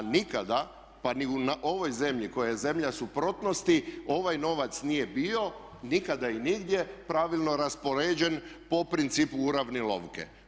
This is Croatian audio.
A nikada pa ni na ovoj zemlji koja je zemlja suprotnosti ovaj novac nije bio nikada i nigdje pravilno raspoređen po principu uravnilovaka.